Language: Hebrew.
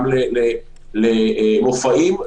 גם למופעים,